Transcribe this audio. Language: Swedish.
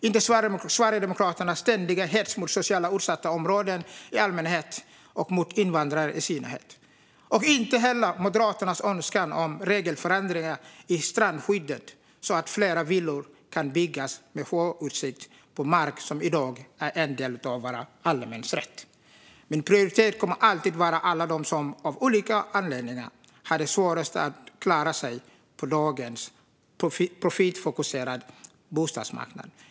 Inte heller Sverigedemokraternas ständiga hets mot socialt utsatta områden i allmänhet och mot invandrare i synnerhet och inte heller Moderaternas önskan om regelförändringar i strandskyddet så att fler villor kan byggas med sjöutsikt på mark som i dag är en del av vår allemansrätt. Min prioritet kommer alltid att vara alla de som av olika anledningar har det svårast att klara sig på dagens profitfokuserade bostadsmarknad.